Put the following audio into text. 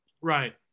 right